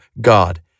God